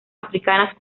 africanas